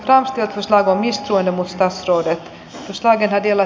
transtechista onnistui koska suuri osa kehätiellä